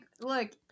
look